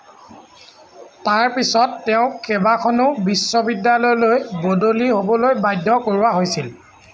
তাৰ পিছত তেওঁক কেইবাখনো বিশ্ববিদ্যালয়লৈ বদলি হ'বলৈ বাধ্য কৰোৱা হৈছিল